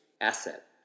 asset